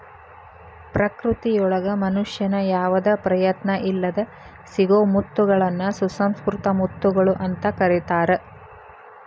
ಪ್ರಕೃತಿಯೊಳಗ ಮನುಷ್ಯನ ಯಾವದ ಪ್ರಯತ್ನ ಇಲ್ಲದ್ ಸಿಗೋ ಮುತ್ತಗಳನ್ನ ಸುಸಂಕೃತ ಮುತ್ತುಗಳು ಅಂತ ಕರೇತಾರ